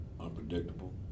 unpredictable